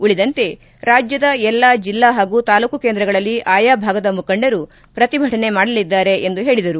ಉಳಿದಂತೆ ರಾಜ್ಯದ ಎಲ್ಲ ಜಿಲ್ಲಾ ಹಾಗೂ ತಾಲೂಕು ಕೇಂದ್ರಗಳಲ್ಲಿ ಆಯಾ ಭಾಗದ ಮುಖಂಡರು ಪ್ರತಿಭಟನೆ ಮಾಡಲಿದ್ದಾರೆ ಎಂದು ಹೇಳಿದರು